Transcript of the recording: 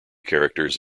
characters